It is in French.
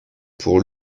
pour